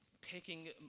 picking